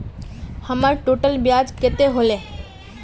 हमर टोटल ब्याज कते होले?